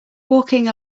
walking